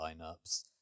lineups